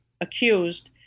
accused